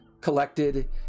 collected